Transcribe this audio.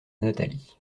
nathalie